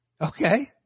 Okay